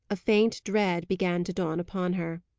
a faint dread began to dawn upon her.